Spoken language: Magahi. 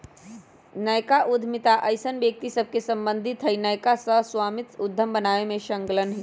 नयका उद्यमिता अइसन्न व्यक्ति सभसे सम्बंधित हइ के नयका सह स्वामित्व उद्यम बनाबे में संलग्न हइ